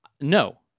No